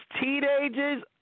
teenagers